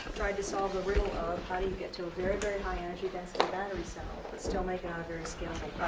tried to solve the riddle of how do you get to a very, very high energy density battery cell and still make it on a very scalable